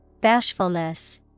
Bashfulness